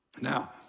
Now